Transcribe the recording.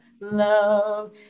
love